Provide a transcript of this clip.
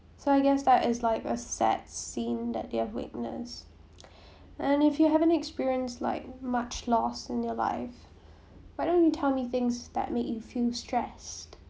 so I guess that is like a sad scene that you’re witnessed and if you haven't experience like much loss in your life why don't you tell me things that make you feel stressed